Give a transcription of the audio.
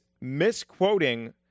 misquoting